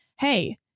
hey